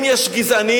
אם יש גזענים,